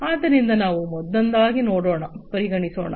ಆದ್ದರಿಂದ ನಾವು ಒಂದೊಂದಾಗಿ ಪರಿಗಣಿಸೋಣ